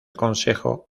consejo